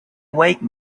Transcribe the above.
wake